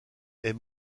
est